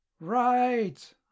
right